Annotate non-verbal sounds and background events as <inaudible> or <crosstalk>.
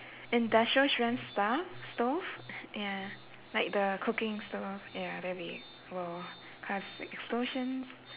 industrial strength stove stove <noise> ya like the cooking stove ya that'll be !whoa! cause explosions